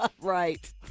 Right